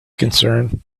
concern